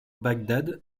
bagdad